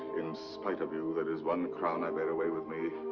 in spite of you, there is one crown i bear away with me.